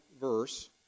verse